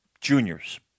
juniors